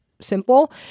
simple